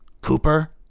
Cooper